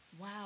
Wow